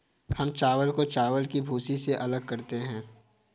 हम चावल को चावल की भूसी से अलग करते हैं